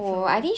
so